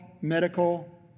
medical